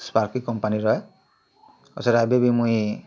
Sparky କମ୍ପାନୀର ଆଏ ଆଉ ସେଟା ଏବେ ବି ମୁଇଁ